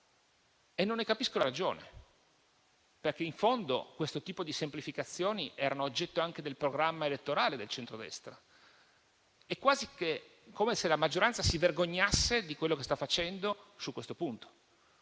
e non ne capisco la ragione. In fondo questo tipo di semplificazioni era oggetto anche del programma elettorale del centrodestra. È quasi come se la maggioranza si vergognasse di quello che sta facendo su questo punto.